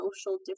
social